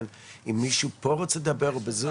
אם מישהו פה רוצה לדבר על כך.